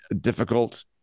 difficult